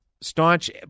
staunch